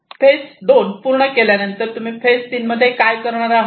phase 2 पूर्ण केल्यानंतर तुम्ही फेज 3 मध्ये काय करणार आहात